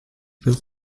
build